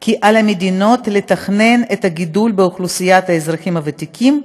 כי על המדינות לתכנן את הגידול באוכלוסיית האזרחים הוותיקים,